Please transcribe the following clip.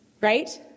right